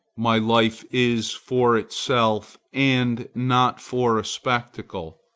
my life is for itself and not for a spectacle.